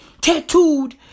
tattooed